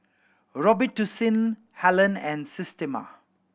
Robitussin Helen and Systema